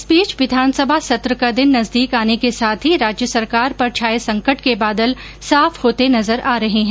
इस बीच विधानसभा सत्र का दिन नजदीक आने के साथ ही राज्य सरकार पर छाये संकट के बादल साफ होते नजर आ रहे हैं